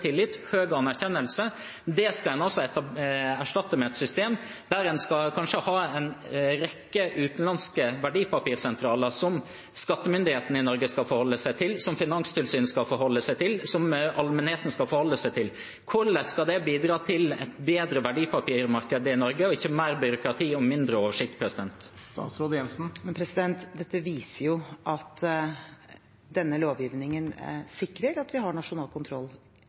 tillit, høy anerkjennelse. Det skal en altså erstatte med et system der en kanskje skal ha en rekke utenlandske verdipapirsentraler som skattemyndighetene i Norge skal forholde seg til, som Finanstilsynet skal forholde seg til, som allmennheten skal forholde seg til. Hvordan skal det bidra til et bedre verdipapirmarked i Norge og ikke mer byråkrati og mindre oversikt? Men dette viser jo at denne lovgivningen sikrer at vi har nasjonal kontroll.